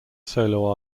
solo